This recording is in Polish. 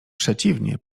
przeciwnie